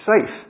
safe